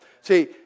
See